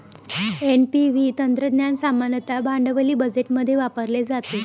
NPV तंत्रज्ञान सामान्यतः भांडवली बजेटमध्ये वापरले जाते